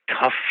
tough